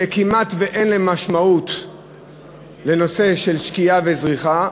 שכמעט אין משמעות אצלו לנושא של שקיעה וזריחה,